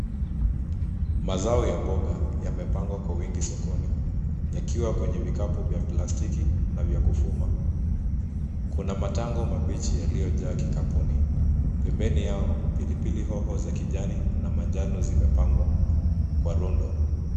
Mazao ya mboga yamepangwa kwa wingi sokoni yakiwa kwenye vikapu vya plastiki na vya kufuma. Kuna matango mabichi yaliyojaa kikapuni, pembeni yao pilipili hoho za kijani na manjano zimepangwa kwa rundo.